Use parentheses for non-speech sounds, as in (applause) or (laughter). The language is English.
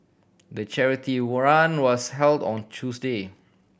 the charity (unintelligible) run was held on Tuesday